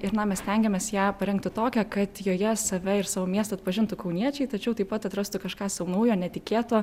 ir na mes stengiamės ją parengti tokią kad joje save ir savo miestą atpažintų kauniečiai tačiau taip pat atrastų kažką sau naujo netikėto